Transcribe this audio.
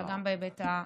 גם בהיבט הרוחני-נפשי.